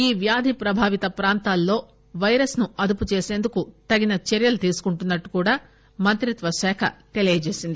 ఈ వ్యాధి ప్రభావిత ప్రాంతాల్లో పైరస్ ను అదుపు చేసేందుకు తగిన చర్చలు తీసుకుంటున్నట్లు కూడా మంత్రిత్వశాఖ తెలిపింది